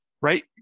right